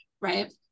Right